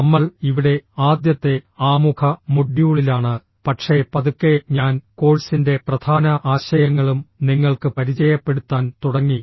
നമ്മൾ ഇവിടെ ആദ്യത്തെ ആമുഖ മൊഡ്യൂളിലാണ് പക്ഷേ പതുക്കെ ഞാൻ കോഴ്സിന്റെ പ്രധാന ആശയങ്ങളും നിങ്ങൾക്ക് പരിചയപ്പെടുത്താൻ തുടങ്ങി